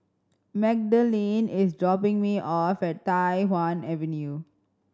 Magdalene is dropping me off at Tai Hwan Avenue